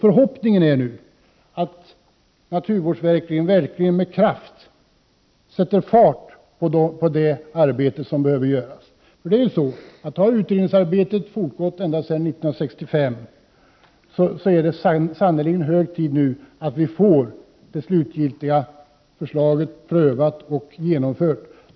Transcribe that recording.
Förhoppningen är att naturvårdsverket verkligen med kraft sätter fart på det arbete som behöver göras. Har utredningsarbetet fortgått ända sedan 1965, är det nu sannerligen hög tid att vi får det slutgiltiga förslaget prövat och genomfört.